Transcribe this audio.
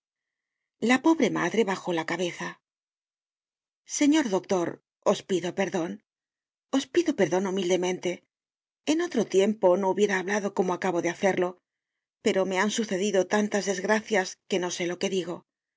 la pobre madre bajó la cabeza señor doctor os pido perdon os pido perdon humildemente en otro tiempo no hubiera hablado como acabo de hacerlo pero me han sucedido tantas desgracias que no sé lo que digo